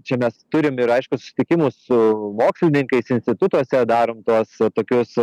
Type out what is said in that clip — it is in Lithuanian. čia mes turim ir aišku susitikimų su mokslininkais institutuose darom tuos tokius